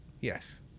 yes